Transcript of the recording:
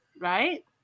right